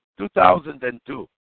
2002